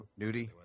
Nudie